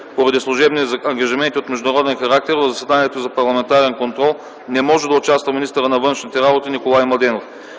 Поради служебни ангажименти от международен характер, в заседанието за парламентарен контрол не може да участва министърът на външните работи Николай Младенов.